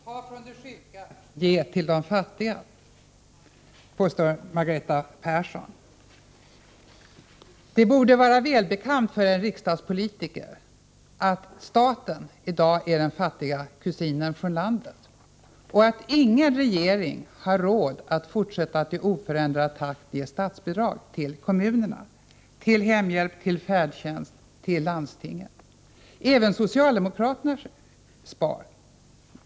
Herr talman! Ta från de sjuka och ge till de fattiga, säger Margareta Persson. Det borde väl vara välbekant för en riksdagspolitiker att staten i dag är den fattige kusinen från landet och att ingen regering har råd att fortsätta att i oförändrad takt ge statsbidrag till kommunerna — till hemhjälp, till färdtjänst — och till landstingen. Även socialdemokraterna sparar.